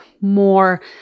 more